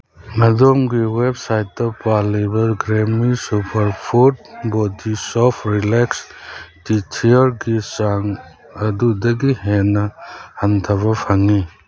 ꯑꯗꯣꯝꯒꯤ ꯋꯦꯕꯁꯥꯏꯠꯇ ꯄꯥꯜꯂꯤꯕ Greenwich super food baby shop relax ꯇꯤꯠꯤꯌꯔꯒꯤ ꯆꯥꯡ ꯑꯗꯨꯗꯒꯤ ꯍꯦꯟꯅ ꯍꯟꯊꯕ ꯐꯪꯉꯤ